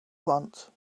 want